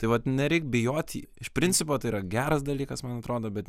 tai vat nereik bijoti iš principo tai yra geras dalykas man atrodo bet